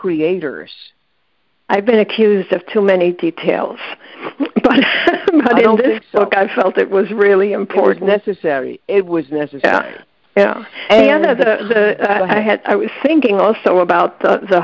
creators i've been accused of too many details so i felt it was really important necessary it was necessary and i had i was thinking also about the